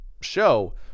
show